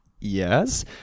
Yes